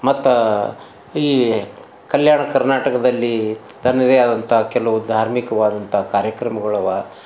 ಮತ್ತು ಈ ಕಲ್ಯಾಣ ಕರ್ನಾಟಕದಲ್ಲಿ ತನ್ನದೇ ಆದಂಥ ಕೆಲವು ಧಾರ್ಮಿಕವಾದಂಥ ಕಾರ್ಯಕ್ರಮಗಳು ಅವ